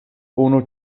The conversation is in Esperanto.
unu